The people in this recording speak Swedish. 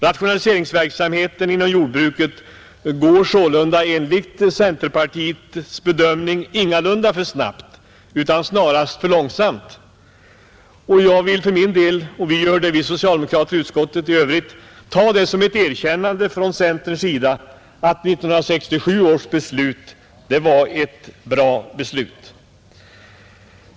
Rationaliseringsverksamheten inom jordbruket går sålunda enligt centerpartiets bedömning ingalunda för snabbt utan snarast för långsamt. Jag vill för min del — och alla socialdemokrater i utskottet håller med om det — ta det som ett erkännande från centerns sida att 1967 års beslut var ett bra beslut.